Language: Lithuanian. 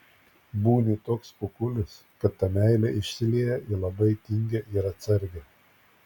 būni toks kukulis kad ta meilė išsilieja į labai tingią ir atsargią